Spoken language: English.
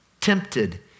tempted